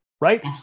right